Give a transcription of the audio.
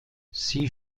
sie